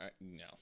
no